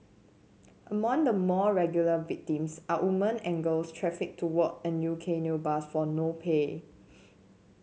among the more regular victims are women and girls trafficked to work in U K nail bars for no pay